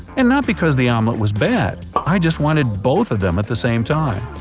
and not because the omelet was bad. i just wanted both of them at the same time.